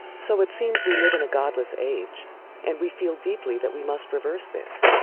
so it seems we live in a godless age and we feel deeply that we must reverse this.